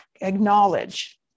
acknowledge